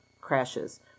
crashes